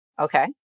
Okay